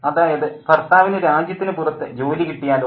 അതായത് ഭർത്താവിന് രാജ്യത്തിനു പുറത്ത് ജോലി കിട്ടിയാലോ